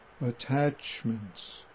attachments